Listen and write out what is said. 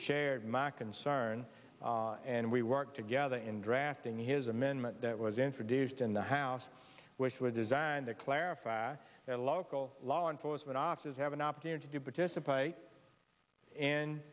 shared my concern and we worked together in drafting his amendment that was introduced in the house which was designed to clarify the local law enforcement officers have an opportunity to participate